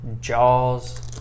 Jaws